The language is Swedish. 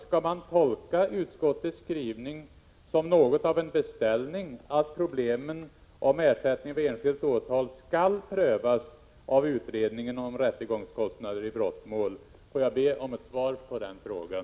Skall man tolka utskottets skrivning som en beställning till utredningen om rättegångskostnader i brottsmål att utreda problemen om ersättning för enskilt åtal? Får jag be om ett svar på den frågan.